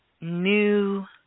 new